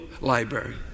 library